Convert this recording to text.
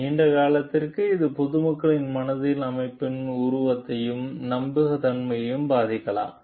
நீண்ட காலத்திற்கு இது பொதுமக்களின் மனதில் அமைப்பின் உருவத்தையும் நம்பகத்தன்மையையும் பாதிக்கலாம்